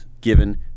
given